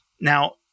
Now